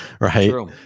right